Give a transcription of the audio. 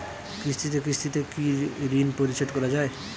কিস্তিতে কিস্তিতে কি ঋণ পরিশোধ করা য়ায়?